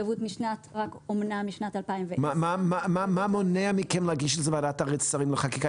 זו אמנה משנת 2010. מה מונע מכם להגיש את זה לוועדת שרים לחקיקה?